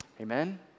Amen